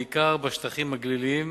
בעיקר בשטחים הגליליים,